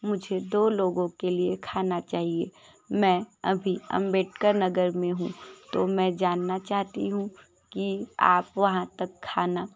मुझे दो लोगों के लिए खाना चाहिए मैं अभी अंबेडकर नगर में हूँ तो मैं जानना चाहती हूँ कि आप वहाँ तक खाना